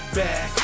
back